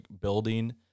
building